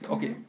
Okay